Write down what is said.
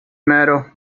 metal